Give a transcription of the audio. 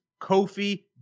Kofi